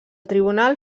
tribunal